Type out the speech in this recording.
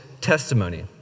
testimony